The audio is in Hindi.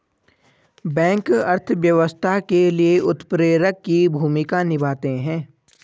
बैंक अर्थव्यवस्था के लिए उत्प्रेरक की भूमिका निभाते है